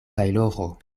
tajloro